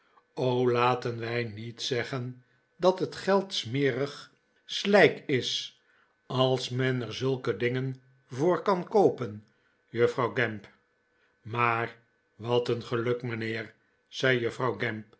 laten wij niet zeggen dat het geld smerig slijk is als men er zulke dingen voor kan koopen juffrouw gamp maar wat een geluk mijnheer zei juffrouw